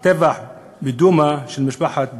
הטבח בדומא, של משפחת דוואבשה,